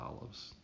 olives